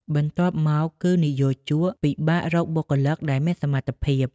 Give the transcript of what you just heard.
បន្ទាប់មកគឺ និយោជកពិបាករកបុគ្គលិកដែលមានសមត្ថភាព។